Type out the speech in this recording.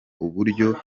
uburyo